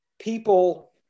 people